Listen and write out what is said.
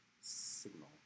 signal